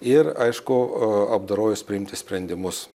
ir aišku apdorojus priimti sprendimus